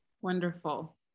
wonderful